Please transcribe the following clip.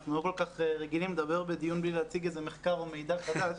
אנחנו לא כל כך רגילים לדבר בדיון בלי להציג איזה מחקר או מידע חדש,